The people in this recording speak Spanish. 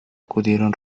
acudieron